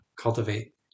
cultivate